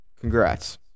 Congrats